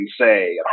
say